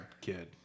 kid